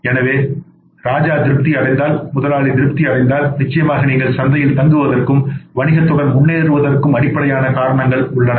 எனவே ராஜா திருப்தி அடைந்தால் முதலாளி திருப்தி அடைந்தால் நிச்சயமாக நீங்கள் சந்தையில் தங்குவதற்கும் வணிகத்துடன் முன்னேறுவதற்கும் அடிப்படையான காரணங்கள் உள்ளன